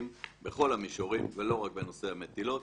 בכל המישורים ולא רק בנושא המטילות.